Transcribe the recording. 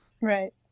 Right